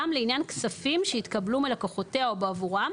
לעניין כספים שיתקבלו מלקוחותיה או בעבורם,